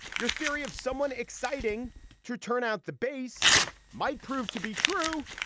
your theory of someone exciting to turn out the base might prove to be true,